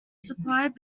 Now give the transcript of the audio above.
supplied